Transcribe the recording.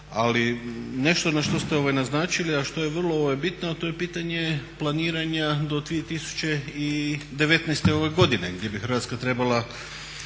ali nešto što ste naznačili a što je vrlo bitno to je pitanje planiranja do 2019. godine gdje bi Hrvatska trebala